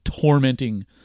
tormenting